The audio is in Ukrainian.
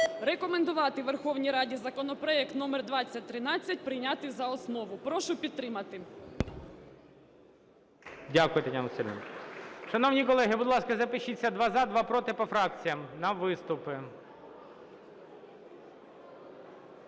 рекомендувати Верховній Раді законопроект № 2013 прийняти за основу. Прошу підтримати. ГОЛОВУЮЧИЙ. Дякую, Тетяно Василівно. Шановні колеги, будь ласка, запишіться: два - за, два - проти - по фракціям на виступи.